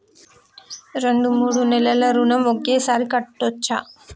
రెండు మూడు నెలల ఋణం ఒకేసారి కట్టచ్చా?